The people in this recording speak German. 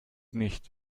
nicht